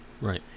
Right